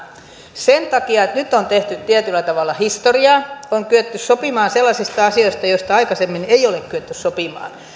sen takia että nyt on tehty tietyllä tavalla historiaa on kyetty sopimaan sellaisista asioista joista aikaisemmin ei ole kyetty sopimaan